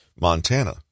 Montana